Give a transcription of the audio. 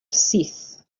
syth